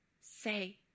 say